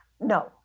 No